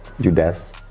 judas